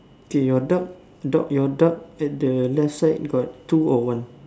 okay your dog dog your dog at the left side got two or one